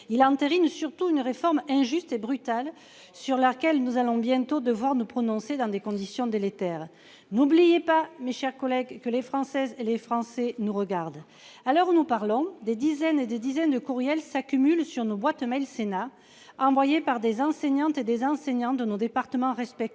Il entérine surtout une réforme injuste et brutale sur laquelle nous allons bientôt devoir nous prononcer dans des conditions délétère. N'oubliez pas mes chers collègues, que les Françaises et les Français nous regardent à l'heure où nous parlons des dizaines et des dizaines de courriels s'accumulent sur nos boîtes Mail Sénat a envoyé par des enseignantes et des enseignants de nos départements respectifs